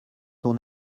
ton